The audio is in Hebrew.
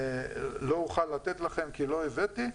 לא אוכל לתת לכם כי לא הבאתי,